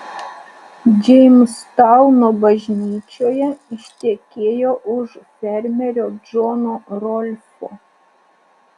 džeimstauno bažnyčioje ištekėjo už fermerio džono rolfo